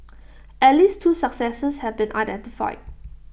at least two successors have been identified